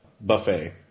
buffet